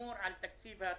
לשמור על תקציב התרבות.